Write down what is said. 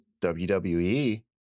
WWE